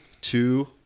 two